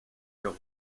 los